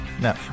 No